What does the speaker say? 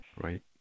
Right